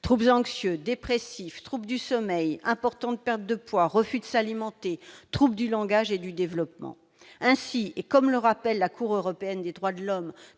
: anxiété, dépression, troubles du sommeil, importante perte de poids, refus de s'alimenter, troubles du langage et du développement. Ainsi, et comme le rappelle la Cour européenne des droits de l'homme